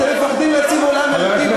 אתם מפחדים להציב עולם ערכי.